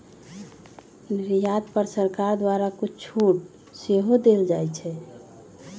निर्यात पर सरकार द्वारा कुछ छूट सेहो देल जाइ छै